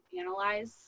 analyze